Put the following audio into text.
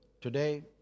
today